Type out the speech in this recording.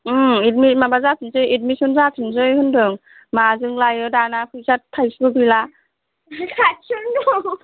माबा जाफिननोसै एदमिसन जाफिननोसै होनदों माजों लायो दाना फैसा थायसेबो गैला खाथियावनो दं